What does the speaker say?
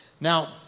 Now